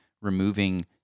removing